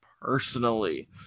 personally